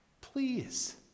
please